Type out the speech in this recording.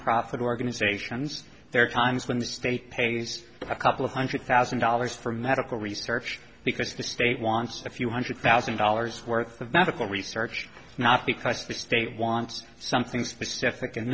profit organizations there are times when the state pays a couple of hundred thousand dollars for medical research because the state wants a few hundred thousand dollars worth of medical research not because the state wants something specific and